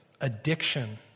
addiction